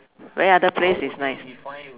where other place is nice